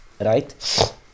Right